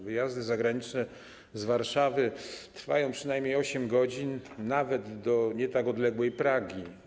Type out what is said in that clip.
Wyjazdy zagraniczne z Warszawy trwają przynajmniej 8 godzin, nawet do nie tak odległej Pragi.